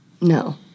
no